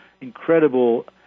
incredible